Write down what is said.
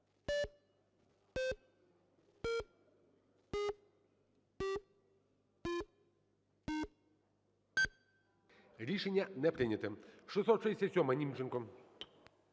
Рішення не прийнято. 667-а, Німченко.